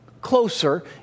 closer